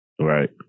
Right